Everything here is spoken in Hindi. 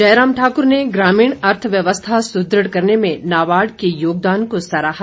जयराम ठाकुर ने ग्रामीण अर्थव्यवस्था सुदृढ़ करने में नाबार्ड के योगदान को सराहा